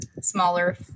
smaller